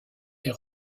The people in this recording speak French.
est